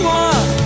one